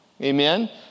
amen